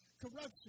Corruption